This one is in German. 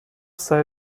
sei